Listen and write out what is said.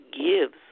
gives